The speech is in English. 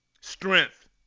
strength